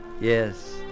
Yes